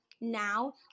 now